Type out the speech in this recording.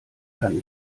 kann